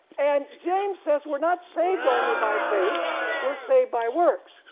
and james says we're not saved only by faith we're saved by works.